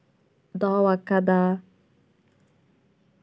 ᱫᱚᱦᱚᱣᱟᱠᱟᱫᱟ